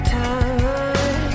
time